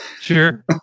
Sure